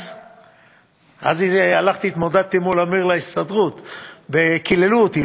אז התמודדתי מול עמיר להסתדרות, וקיללו אותי.